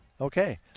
Okay